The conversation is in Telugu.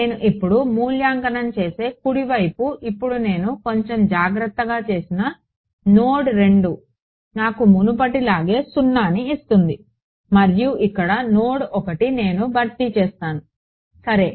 నేను ఇప్పుడు మూల్యాంకనం చేసే కుడి వైపు ఇప్పుడు నేను కొంచెం జాగ్రత్తగా చేసిన నోడ్ 2 నాకు మునుపటిలాగే 0ని ఇస్తుంది మరియు ఇక్కడ నోడ్ 1 నేను భర్తీ చేస్తాను సరే